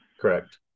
Correct